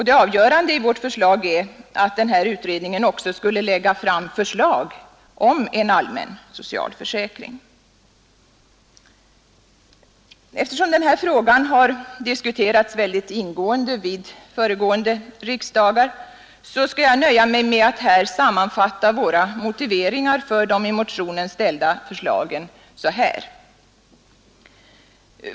Det avgörande i vårt förslag är att denna utredning också skulle lägga fram lag om en allmän socialförsäkring. ersom denna fråga har diskuterats mycket ingående vid föregående riksdagar, skall jag nöja mig med att här sammanfatta våra motiveringar för de i motionen ställda förslagen på följande sätt.